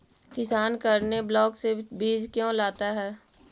किसान करने ब्लाक से बीज क्यों लाता है?